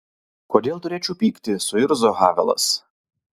kodėl turėčiau pykti suirzo havelas